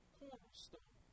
cornerstone